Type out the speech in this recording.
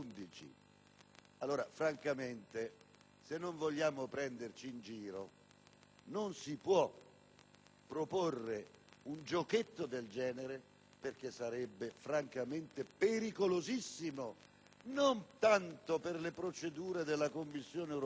2011. Francamente, se non vogliamo prenderci in giro, non si può proporre un giochetto del genere perché sarebbe pericolosissimo, non tanto per le procedure della Commissione europea